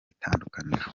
itandukaniro